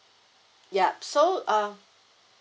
yup so uh